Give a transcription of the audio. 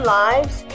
lives